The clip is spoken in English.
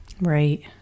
right